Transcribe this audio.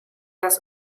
das